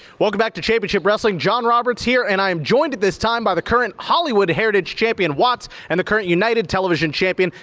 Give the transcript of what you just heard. welcome back to championship wrestling. john roberts here and i am joined at this time by the current hollywood heritage champion, watts, and the current united television champion,